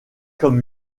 comme